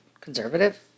conservative